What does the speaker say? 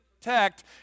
protect